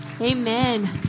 Amen